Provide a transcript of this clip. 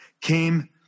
came